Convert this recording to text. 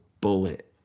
bullet